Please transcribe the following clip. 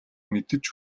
мэдэж